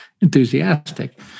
enthusiastic